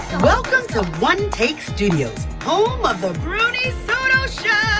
welcome to one take studios, home of the bruni soto show,